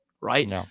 right